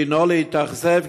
דינו להתאכזב,